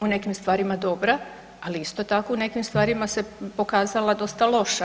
u nekim stvarima dobra, ali isto tako u nekim stvarima se pokazala dosta loša.